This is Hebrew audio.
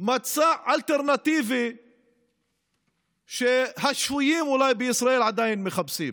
מצע אלטרנטיבי שאולי השפויים בישראל עדיין מחפשים.